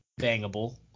bangable